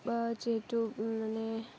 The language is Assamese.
যিহেতু মানে